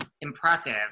impressive